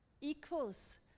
equals